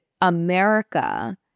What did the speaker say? America